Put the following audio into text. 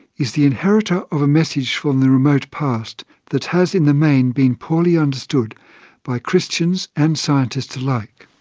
is the inheritor of a message from the remote past that has in the main been poorly understood by christians and scientists alike.